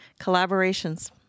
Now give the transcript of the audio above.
collaborations